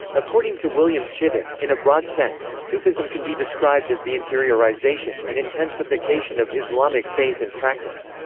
according to william chittick, in a broad sense, sufism can be described as the interiorization, and intensification of islamic faith and practice.